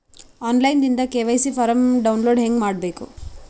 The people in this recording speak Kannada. ಆನ್ ಲೈನ್ ದಿಂದ ಕೆ.ವೈ.ಸಿ ಫಾರಂ ಡೌನ್ಲೋಡ್ ಹೇಂಗ ಮಾಡಬೇಕು?